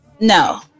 No